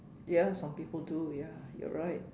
ya some people do ya you're right